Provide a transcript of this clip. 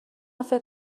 فکر